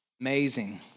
Amazing